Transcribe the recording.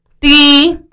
three